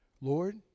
Lord